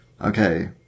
Okay